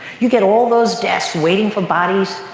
you get all those desks waiting for bodies.